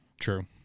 True